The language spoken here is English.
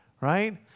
right